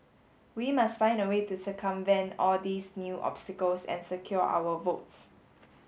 we must find a way to circumvent all these new obstacles and secure our votes